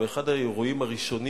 באחד האירועים הראשונים